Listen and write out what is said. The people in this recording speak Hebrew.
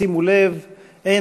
יוני